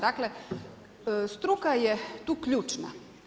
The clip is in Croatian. Dakle, struka je tu ključna.